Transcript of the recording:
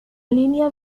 línea